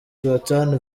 sultan